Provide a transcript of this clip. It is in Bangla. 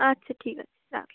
আচ্ছা ঠিক আছে রাখি